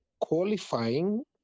qualifying